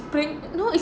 pri~ no it's